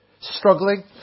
struggling